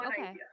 okay